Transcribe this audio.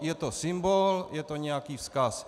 Je to symbol, je to nějaký vzkaz.